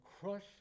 crush